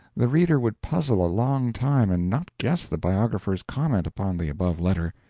the reader would puzzle a long time and not guess the biographer's comment upon the above letter.